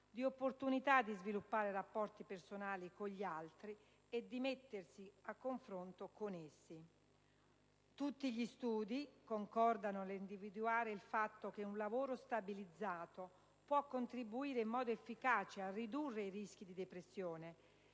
di opportunità di sviluppare rapporti personali con gli altri e di mettersi a confronto con essi. Tutti gli studi concordano nell'individuare il fatto che un lavoro stabilizzato può contribuire in modo efficace a ridurre i rischi di depressione,